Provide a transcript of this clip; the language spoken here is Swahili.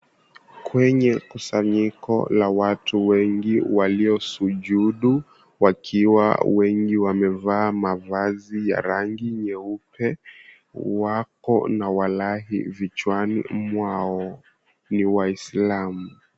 Kwenye kusanyiko la watu wengi waliosujudu wakiwa wengi, wamevaa mavazi ya rangi nyeupe wako na walahi vichwani mwao ni wasilamu.